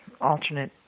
alternate